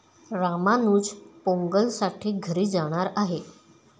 रामानुज पोंगलसाठी घरी जाणार आहे